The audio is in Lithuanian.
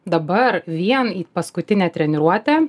dabar vien į paskutinę treniruotę